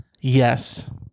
yes